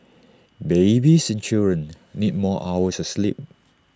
babies and children need more hours of sleep